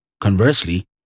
Conversely